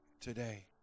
today